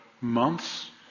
months